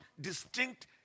distinct